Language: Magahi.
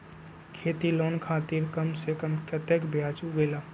खेती लोन खातीर कम से कम कतेक ब्याज लगेला?